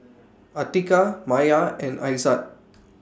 Atiqah Maya and Aizat